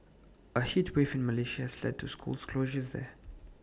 A heat wave in Malaysia's led to schools closures there